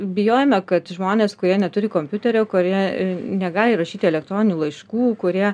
bijojome kad žmonės kurie neturi kompiuterio kurie negali rašyti elektroninių laiškų kurie